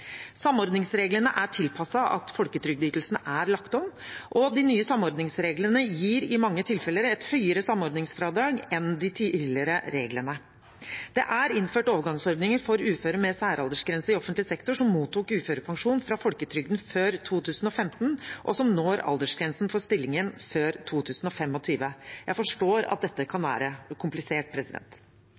Samordningsreglene er tilpasset at folketrygdytelsen er lagt om, og de nye samordningsreglene gir i mange tilfeller et høyere samordningsfradrag enn de tidligere reglene. Det er innført overgangsordninger for uføre med særaldersgrense i offentlig sektor som mottok uførepensjon fra folketrygden før 2015, og som når aldersgrensen for stillingen før 2025. Jeg forstår at dette kan være komplisert.